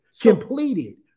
completed